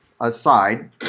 aside